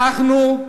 אנחנו,